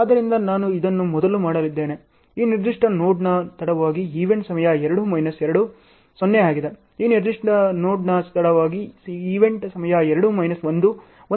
ಆದ್ದರಿಂದ ನಾನು ಇದನ್ನು ಮೊದಲು ಮಾಡಲಿದ್ದೇನೆ ಈ ನಿರ್ದಿಷ್ಟ ನೋಡ್ನ ತಡವಾದ ಈವೆಂಟ್ ಸಮಯ 2 ಮೈನಸ್ 2 0 ಆಗಿದೆ ಈ ನಿರ್ದಿಷ್ಟ ನೋಡ್ನ ತಡವಾದ ಈವೆಂಟ್ ಸಮಯ 2 ಮೈನಸ್ 1 1ಆಗಿದೆ